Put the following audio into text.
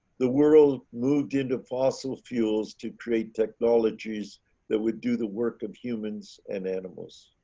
the world moved into fossil fuels to create technologies that would do the work of humans and animals.